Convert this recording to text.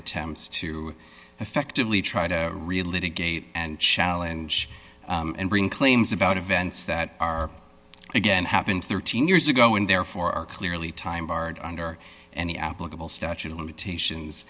attempts to effectively try to relive a gate and challenge and bring claims about events that are again happened thirteen years ago and therefore are clearly time barred under any applicable statute of limitations